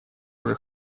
уже